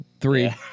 three